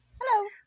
Hello